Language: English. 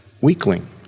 weakling